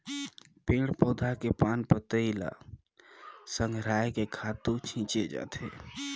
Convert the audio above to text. पेड़ पउधा के पान पतई ल संघरायके खातू छिछे जाथे